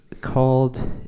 called